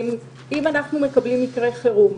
אם אנחנו מקבלים מקרה חירום,